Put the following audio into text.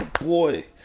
boy